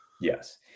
Yes